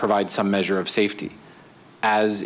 provide some measure of safety as